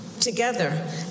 together